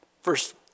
First